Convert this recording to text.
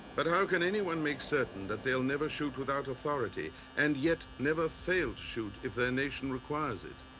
but how can anyone make certain that they'll never shoot without authority and yet never fail to shoot if their nation requires it?